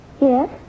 Yes